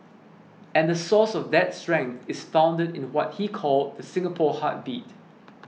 and the source of that strength is founded in what he called the Singapore heartbeat